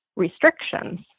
restrictions